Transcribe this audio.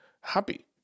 happy